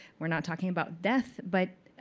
we're not talking about death, but